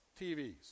TVs